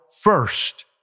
first